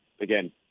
again